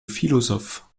philosophes